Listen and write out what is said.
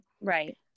Right